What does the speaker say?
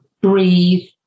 breathe